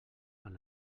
amb